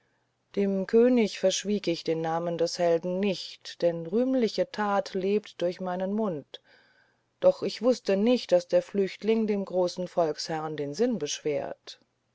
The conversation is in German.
dem könig verschwieg ich den namen der helden nicht denn rühmliche tat lebt durch meinen mund doch ich wußte nicht daß der flüchtling dem großen volksherrn den sinn beschwert